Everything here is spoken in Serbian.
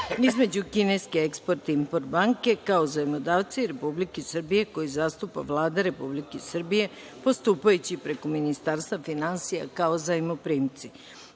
između kineske Eksport-Import banke, kao zajmodavca i Republike Srbije, koju zastupa Vlada Republike Srbije postupajući preko Ministarstva finansija, kao zajmoprimca),4.